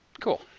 Cool